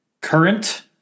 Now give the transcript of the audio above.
Current